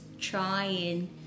trying